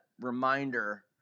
reminder